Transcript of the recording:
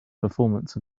performance